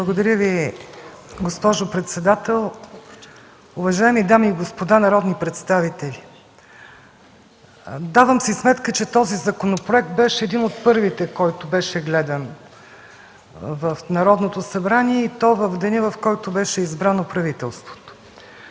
Благодаря Ви, госпожо председател. Уважаеми дами и господа народни представители, давам си сметка, че този законопроект беше един от първите, които бяха гледани в Народното събрание, и то в деня, в който беше избрано правителството.